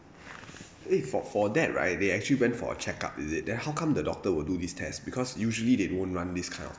eh for for that right they actually went for a check-up is it then how come the doctor will do this test because usually they don't run this kind of